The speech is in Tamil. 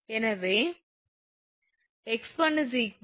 எனவே 𝑥1 74